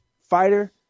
fighter—